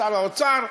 שר האוצר,